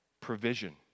provision